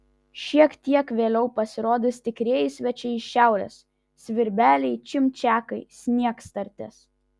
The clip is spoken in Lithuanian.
šiek tiek vėliau pasirodys tikrieji svečiai iš šiaurės svirbeliai čimčiakai sniegstartės